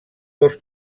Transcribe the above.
dos